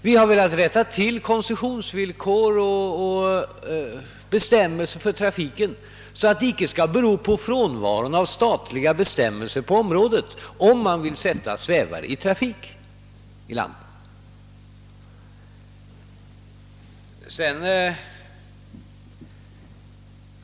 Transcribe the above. Vi har velat rätta till koncessionsvillkor och bestämmelser för trafiken, så att statliga bestämmelser på området inte skall saknas om man vill sätta svävare i trafik här i landet.